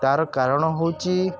ତା ର କାରଣ ହେଉଛି